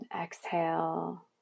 Exhale